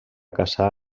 casar